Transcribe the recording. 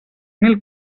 mil